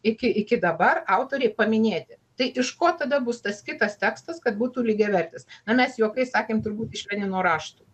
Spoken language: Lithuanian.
iki iki dabar autoriai paminėti tai iš ko tada bus tas kitas tekstas kad būtų lygiavertis na mes juokais sakėm turbūt iš lenino raštų